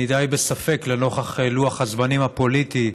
אני די בספק, לנוכח לוח הזמנים הפוליטי,